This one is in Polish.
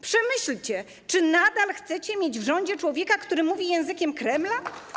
Przemyślcie, czy nadal chcecie mieć w rządzie człowieka, który mówi językiem Kremla.